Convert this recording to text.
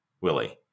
Willie